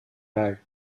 bui